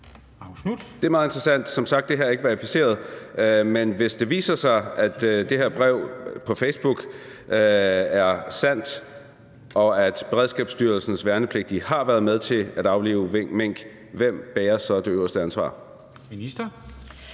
Det er meget interessant. Som sagt er det her ikke verificeret – men hvis det viser sig, at det her brev på Facebook er sandt, og at Beredskabsstyrelsens værnepligtige har været med til at aflive mink, hvem bærer så det øverste ansvar?